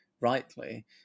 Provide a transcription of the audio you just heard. rightly